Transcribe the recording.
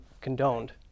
condoned